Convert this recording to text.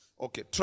Okay